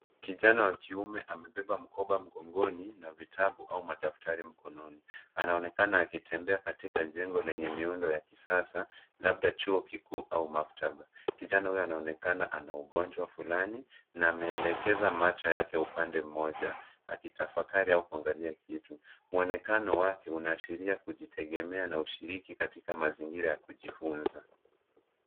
Kijana wa kiume amebeba mkoba mgongoni na vitabu au daftari mkononi. Anaonekana akitembea katika jengo lenye miundo ya kisasa labda chuo kikuu au maktaba. Kijana huyo anaonekana ana ugonjwa fulani na ameelekeza macho yake upande mmoja akitafakari au kuangalia kitu. Muonekano wake unaashiria kujitegemea na ushiriki katika mazingira ya kujifunza.